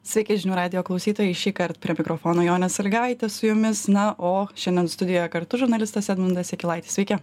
sveiki žinių radijo klausytojai šįkart prie mikrofono jonė salygaitė su jumis na o šiandien studijoje kartu žurnalistas edmundas jakilaitis sveiki